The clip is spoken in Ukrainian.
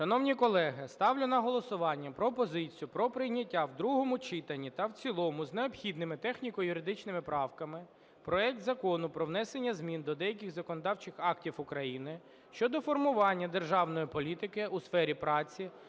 Шановні колеги, ставлю на голосування пропозицію про прийняття в другому читанні та в цілому з необхідними техніко-юридичними правками проект Закону про внесення змін до деяких законодавчих актів України щодо формування державної політики у сфері праці,